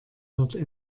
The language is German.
hört